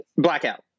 Blackout